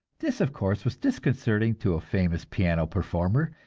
this, of course, was disconcerting to a famous piano performer,